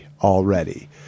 already